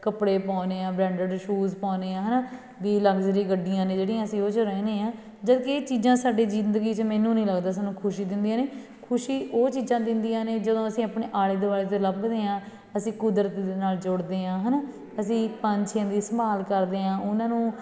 ਕੱਪੜੇ ਪਾਉਂਦੇ ਹਾਂ ਬ੍ਰੈਂਡਡ ਸ਼ੂਜ਼ ਪਾਉਂਦੇ ਹਾਂ ਹੈ ਨਾ ਵੀ ਲਗਜ਼ਰੀ ਗੱਡੀਆਂ ਨੇ ਜਿਹੜੀਆਂ ਅਸੀਂ ਉਹ 'ਚ ਰਹਿੰਦੇ ਹਾਂ ਜਦਕਿ ਇਹ ਚੀਜ਼ਾਂ ਸਾਡੇ ਜ਼ਿੰਦਗੀ 'ਚ ਮੈਨੂੰ ਨਹੀਂ ਲੱਗਦਾ ਸਾਨੂੰ ਖੁਸ਼ੀ ਦਿੰਦੀਆਂ ਨੇ ਖੁਸ਼ੀ ਉਹ ਚੀਜ਼ਾਂ ਦਿੰਦੀਆਂ ਨੇ ਜਦੋਂ ਅਸੀਂ ਆਪਣੇ ਆਲੇ ਦੁਆਲੇ ਤੋਂ ਲੱਭਦੇ ਹਾਂ ਅਸੀਂ ਕੁਦਰਤ ਦੇ ਨਾਲ ਜੁੜਦੇ ਹਾਂ ਹੈ ਨਾ ਅਸੀਂ ਪੰਛੀਆਂ ਦੀ ਸੰਭਾਲ ਕਰਦੇ ਹਾਂ ਉਹਨਾਂ ਨੂੰ